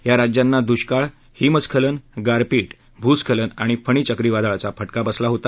या राज्यांना दृष्काळ हिमस्खलन गारपीट भूस्खलन आणि फणी चक्रीवादळाचा फटका बसला होता